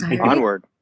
onward